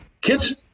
kids